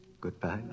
Goodbye